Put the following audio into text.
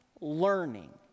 learning